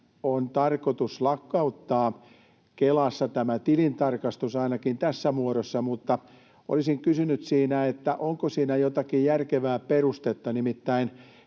on tarkoitus lakkauttaa Kelassa tämä tilintarkastus ainakin tässä muodossa, mutta olisin kysynyt, onko siinä jotakin järkevää perustetta. Nimittäin